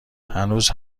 هنوز